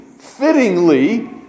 fittingly